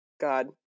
God